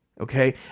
Okay